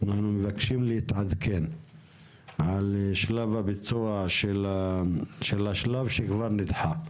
ואנחנו מבקשים להתעדכן על שלב הביצוע של השלב שכבר נדחה.